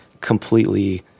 completely